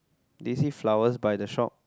do you see flowers by the shop